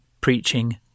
preaching